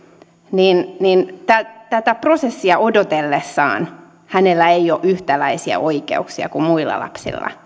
niin niin tätä prosessia odotellessaan hänellä ei ole yhtäläisiä oikeuksia kuin muilla lapsilla